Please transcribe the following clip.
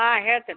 ಹಾಂ ಹೇಳ್ತೀನಿ